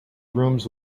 rooms